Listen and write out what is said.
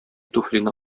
туфлине